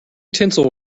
tinsel